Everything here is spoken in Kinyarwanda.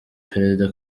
perezida